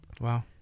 Wow